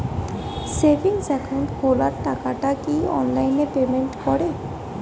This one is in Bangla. সেভিংস একাউন্ট খোলা টাকাটা কি অনলাইনে পেমেন্ট করে?